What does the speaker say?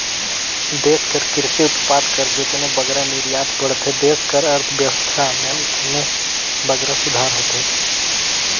देस कर किरसी उत्पाद कर जेतने बगरा निरयात बढ़थे देस कर अर्थबेवस्था में ओतने बगरा सुधार होथे